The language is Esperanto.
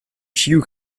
ĉiu